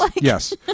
yes